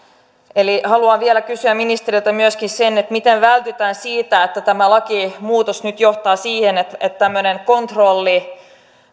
eli haluan vielä kysyä ministeriltä myöskin miten vältytään siltä että tämä lakimuutos nyt johtaa siihen että että tämmöinen kontrolli